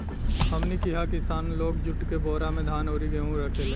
हमनी किहा किसान लोग जुट के बोरा में धान अउरी गेहू रखेले